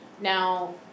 Now